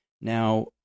Now